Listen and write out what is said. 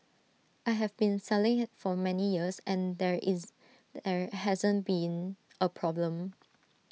I have been selling IT for many years and there is there hasn't been A problem